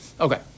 Okay